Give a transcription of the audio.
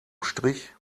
strich